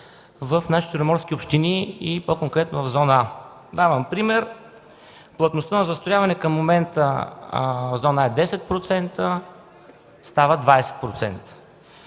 в нашите черноморски общини и по-конкретно в зона „А”. Давам пример – плътността на застрояване към момента на зона „А” е 10% – става 20%.